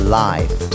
life